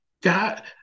God